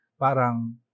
parang